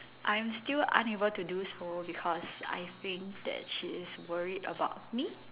I'm still unable to do so because I think that she is worried about me